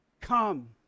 come